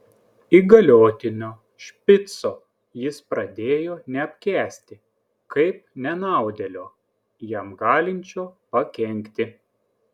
įgaliotinio špico jis pradėjo neapkęsti kaip nenaudėlio jam galinčio pakenkti